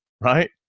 right